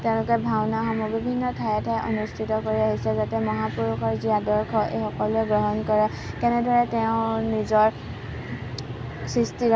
তেওঁলোকে ভাওনাসমূহ বিভিন্ন ঠায়ে ঠায়ে অনুস্থিত কৰি আহিছে যাতে মহাপুৰুষৰ যি আদৰ্শ এই সকলোৱে গ্ৰহণ কৰে তেনেদৰে তেওঁ নিজৰ